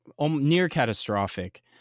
near-catastrophic